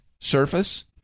surface